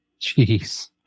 Jeez